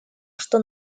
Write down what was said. что